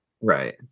Right